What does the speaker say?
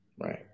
Right